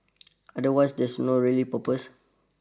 otherwise there's no really purpose